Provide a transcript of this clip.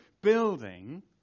building